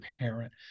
parent